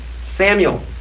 Samuel